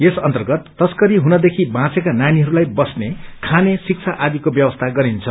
यस अन्तर्गत तस्करी हुनदेखि बाँचेका नानीहरूलाई बस्ने खाने शिब्रा आदिको व्यवस्था गरिन्छ